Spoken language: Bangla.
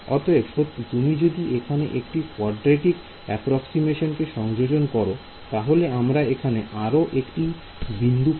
অতএব সত্যি তুমি যদি এখানে একটি কোয়াড্রেটিক এপ্রক্সিমিশন কে সংযোজন কর তাহলে আমরা এখানে আরো একটি বিন্দু পাব